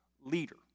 leader